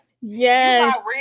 Yes